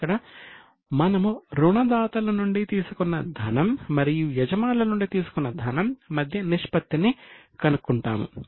ఇక్కడ మనము రుణదాతల నుండి తీసుకున్న ధనం మరియు యజమానుల నుండి తీసుకున్న ధనం మధ్య నిష్పత్తిని కనుక్కుంటాము